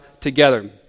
together